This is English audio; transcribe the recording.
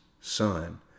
son